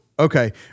Okay